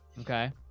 Okay